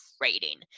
rating